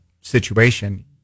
situation